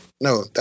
no